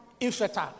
infertile